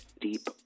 Deep